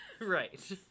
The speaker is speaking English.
Right